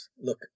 look